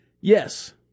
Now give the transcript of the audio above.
Yes